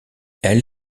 elle